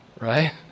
right